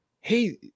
hey